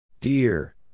Dear